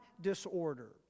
disorder